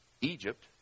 egypt